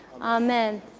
Amen